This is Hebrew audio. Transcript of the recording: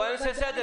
בואי נעשה סדר